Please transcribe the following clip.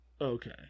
okay